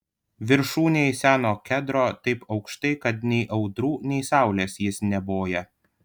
viršūnėj seno kedro taip aukštai kad nei audrų nei saulės jis neboja